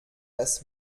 das